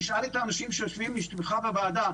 תשאל את האנשים שיושבים מסביבך בוועדה,